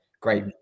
great